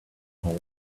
his